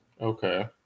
Okay